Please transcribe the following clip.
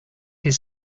his